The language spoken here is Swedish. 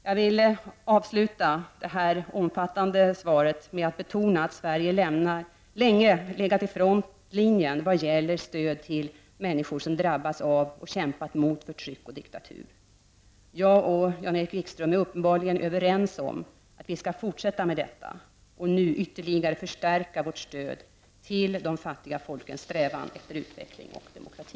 Jag vill avsluta med att betona att Sverige länge legat i frontlinjen vad gäller stöd till människor som drabbats av, och kämpat mot, förtryck och diktatur. Jag och Jan-Erik Wikström är uppenbarligen överens om att vi skall fortsätta med detta och nu ytterligare förstärka vårt stöd till de fattiga folkens strävan efter utveckling och demokrati.